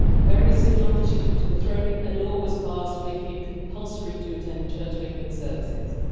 very soon after she took to the throne, a law was passed making it compulsory to attend church of england services.